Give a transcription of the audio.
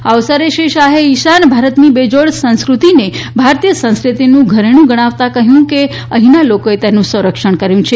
આ અવસરે શ્રી શાહે ઇશાન ભારતની બેજોડ સંસ્ક્રતિને ભારતીય સંસ્ક્રતિનું ઘરેણું ગણાવતાં કહ્યું કે અહીંના લોકોએ તેનું સંરક્ષણ કર્યું છે